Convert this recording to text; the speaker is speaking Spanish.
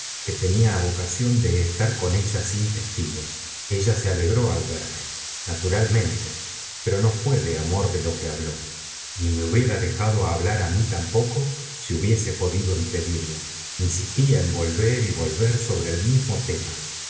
que tenía ocasión de estar con ella sin testigos ella se alegró al verme naturalmente pero no fué de amor de lo que habló ni me hubiera dejado hablar á mí tampoco si hubiese podido impedirlo insistía en volver y volver sobre el mismo tema